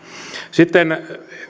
sitten